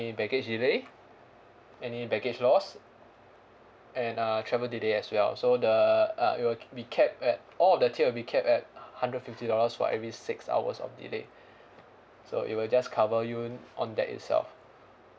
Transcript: baggage delay any baggage loss and uh travel delay as well so the uh it will be capped at all of the tier will be capped at hundred fifty dollars for every six hours of delay so it will just cover you on that itself